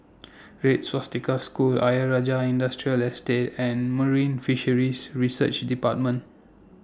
Red Swastika School Ayer Rajah Industrial Estate and Marine Fisheries Research department